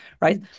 right